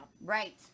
Right